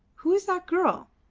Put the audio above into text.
who is that girl?